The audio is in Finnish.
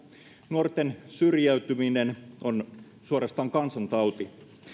nuorten syrjäytyminen on suorastaan kansantauti